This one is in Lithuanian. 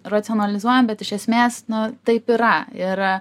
racionalizuojam bet iš esmės no taip yra ir